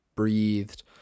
breathed